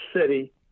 city